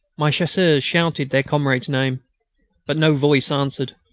my chasseurs shouted their comrade's name but no voice answered.